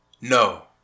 No